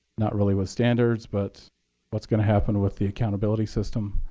not really with standards, but what's going to happen with the accountability system.